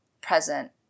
present